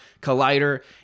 Collider